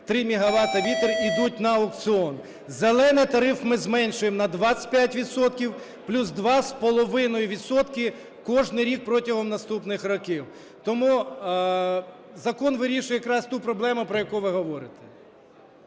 3 мегавати – вітер, йдуть на аукціон. "Зелений" тариф ми зменшуємо на 25 відсотків, плюс 2,5 відсотка кожен рік протягом наступних років. Тому закон вирішує якраз ту проблему, про яку ви говорите.